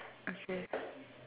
okay